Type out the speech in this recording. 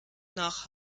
nach